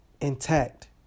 intact